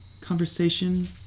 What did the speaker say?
conversation